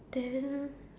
then